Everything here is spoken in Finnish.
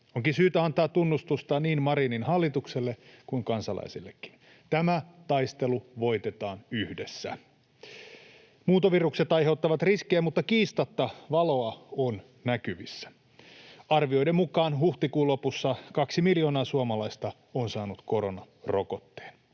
Onkin syytä antaa tunnustusta niin Marinin hallitukselle kuin kansalaisillekin. Tämä taistelu voitetaan yhdessä. Muuntovirukset aiheuttavat riskejä, mutta kiistatta valoa on näkyvissä. Arvioiden mukaan huhtikuun lopussa kaksi miljoonaa suomalaista on saanut koronarokotteen.